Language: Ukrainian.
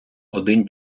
один